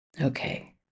Okay